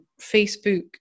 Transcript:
Facebook